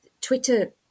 Twitter